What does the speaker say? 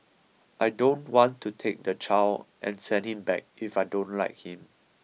I don't want to take the child and send him back if I don't like him